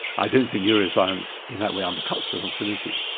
i don't think neuroscience in that way undercuts responsibility.